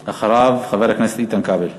אחריו, חבר הכנסת איתן כבל.